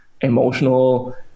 emotional